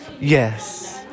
Yes